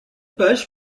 page